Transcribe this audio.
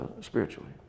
spiritually